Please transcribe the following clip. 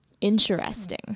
Interesting